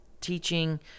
teaching